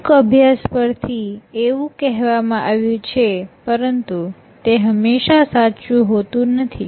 અમુક અભ્યાસ પરથી એવું કહેવામાં આવ્યું છે પરંતુ તે હંમેશા સાચું હોતું નથી